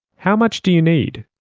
how much do you need?